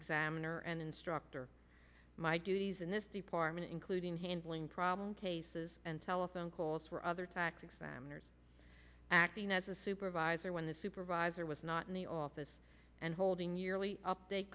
examiner and instructor my duties in this department including handling problem cases and telephone calls for other tactics acting as a supervisor when the supervisor was not in the office and holding yearly up